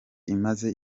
imaze